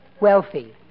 wealthy